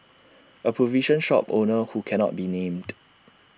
A provision shop owner who cannot be named